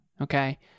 okay